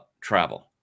travel